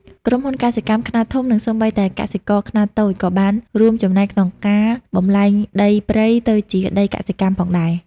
ក្រុមហ៊ុនកសិកម្មខ្នាតធំ និងសូម្បីតែកសិករខ្នាតតូចក៏បានរួមចំណែកក្នុងការបំប្លែងដីព្រៃទៅជាដីកសិកម្មផងដែរ។